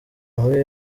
muri